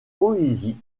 poésies